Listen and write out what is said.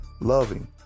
loving